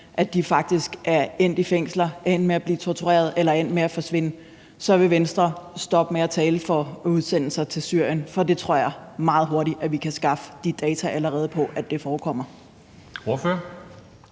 nu, faktisk er endt i fængsler, er endt med at blive tortureret eller er endt med at forsvinde, så vil Venstre stoppe med at tale for udsendelser til Syrien, for jeg tror meget hurtigt, at vi kan skaffe de data på, at det allerede forekommer?